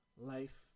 life